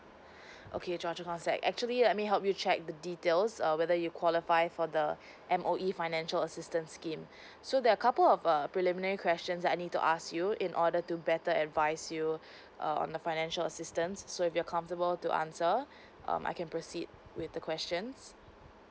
okay choa chu kang sec actually let me help you check the details err whether you qualify for the M_O_E financial assistance scheme so there are couple of err preliminary questions that I need to ask you in order to better advice you err on the financial assistance so if you're comfortable to answer um I can proceed with the questions